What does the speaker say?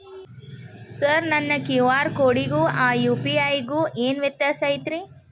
Sir ನನ್ನ QR ಕೊಡಿಗೂ ಆ ಯು.ಪಿ.ಐ ಗೂ ಏನ್ ವ್ಯತ್ಯಾಸ ಐತ್ರಿ?